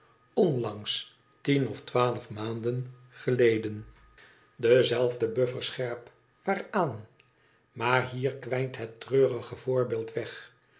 onlangs tien of twaalf maanden geleden dezelfde buffer scherp waaraan maar hier kwijnt het treurige voorbeeld weg